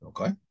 okay